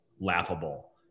laughable